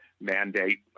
mandate